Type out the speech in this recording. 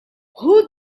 who